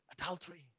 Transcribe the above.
adultery